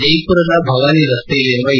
ಜ್ನೆಪುರದ ಭವಾನಿ ರಸ್ತೆಯಲ್ಲಿರುವ ಇ